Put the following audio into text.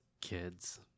kids